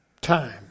time